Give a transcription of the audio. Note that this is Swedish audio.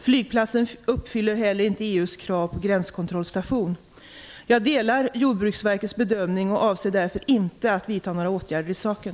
Flygplatsen uppfyller heller inte EU:s krav på gränskontrollstation. Jag delar Jordbruksverkets bedömning och avser därför inte att vidta några åtgärder i saken.